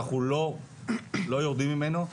אנחנו לא יורדים ממנו.